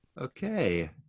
okay